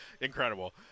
Incredible